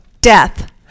death